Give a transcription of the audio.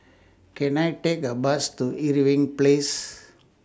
Can I Take A Bus to Irving Place